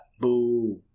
boo